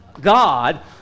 God